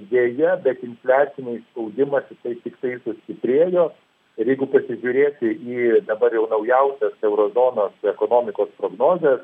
deja bet infliaciniai spaudimas jisai tiktai sustiprėjo ir jeigu pasižiūrėti į dabar jau naujausias euro zonos ekonomikos prognozes